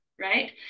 right